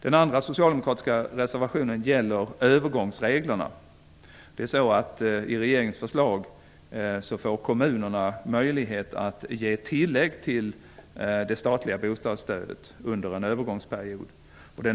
Den andra socialdemokratiska reservationen gäller övergångsreglerna. I regeringens förslag får kommunerna möjlighet att ge tillägg till det statliga bostadsstödet under en övergångsperiod.